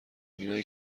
اینایی